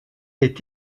est